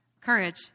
courage